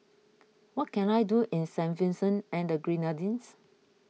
what can I do in Saint Vincent and the Grenadines